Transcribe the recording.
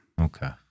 Okay